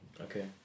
okay